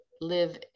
live